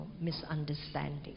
misunderstanding